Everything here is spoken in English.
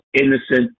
innocent